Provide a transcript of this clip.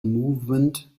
movement